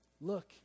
look